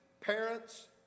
parents